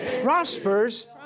prospers